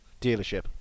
dealership